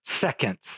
seconds